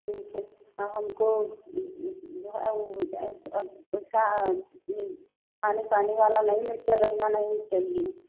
ठीक है और हमको जो है वह ऐसा हमें पानी पानी वाला नहीं नहीं तो रहना नहीं चाहिए